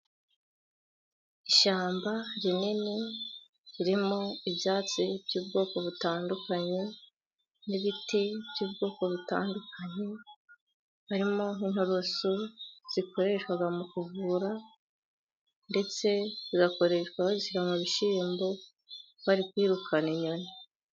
Ishyamba rinini ririmo ibyatsi by'ubwoko butandukanye, n'ibiti by'ubwoko butandukanye. Harimo n'inturusu zikoreshwa mu kuvura, ndetse zigakoreshwa bazishyira mu bishyimbo bari kwirukana inyoni.